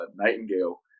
Nightingale